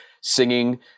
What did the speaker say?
singing